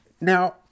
Now